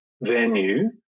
venue